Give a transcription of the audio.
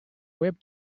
web